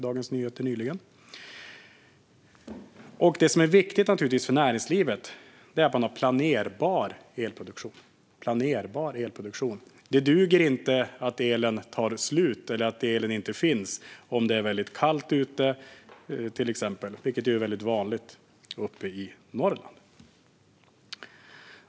Det som är viktigt för näringslivet är att det finns planerbar elproduktion. Det duger inte att elen tar slut eller att det inte finns el om det till exempel är väldigt kallt ute, vilket är vanligt uppe i Norrland.